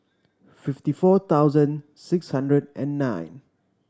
fifty four thousand six hundred and nine